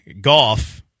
golf